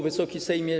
Wysoki Sejmie!